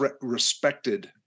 respected